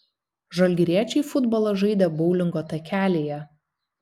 žalgiriečiai futbolą žaidė boulingo takelyje